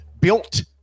built